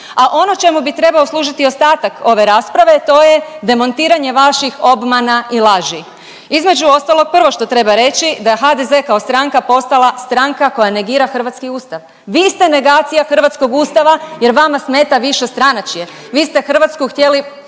a ono čemu bi trebao služiti ostatak ove rasprave to je demontiranje vaših obmana i laži. Između ostalog prvo što treba reći da je HDZ kao stranka postala stranka koja negira hrvatski Ustav. Vi ste negacija hrvatskog Ustava jer vama smeta višestranačje. Vi ste Hrvatsku htjeli